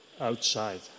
outside